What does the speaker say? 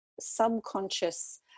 subconscious